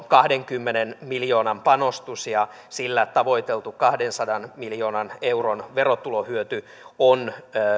kahdenkymmenen miljoonan panostus ja sillä tavoiteltu kahdensadan miljoonan euron verotulohyöty on